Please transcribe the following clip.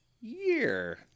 year